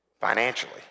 financially